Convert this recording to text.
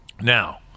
Now